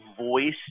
voice